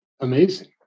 amazing